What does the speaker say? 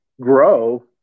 grow